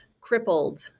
crippled